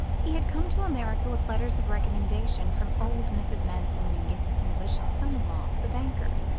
he had come to america with letters of recommendation from old mrs. manson mingott's english son-in-law, the banker,